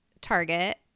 target